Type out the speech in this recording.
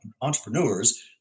entrepreneurs